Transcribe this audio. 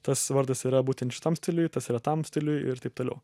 tas vardas yra būtent šitam stiliui tas yra tam stiliui ir taip toliau